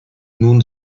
nun